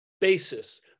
basis